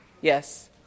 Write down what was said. Yes